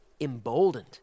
emboldened